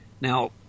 Now